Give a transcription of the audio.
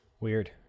Weird